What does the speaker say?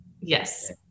Yes